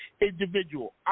individual